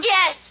Yes